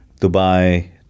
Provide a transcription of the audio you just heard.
Dubai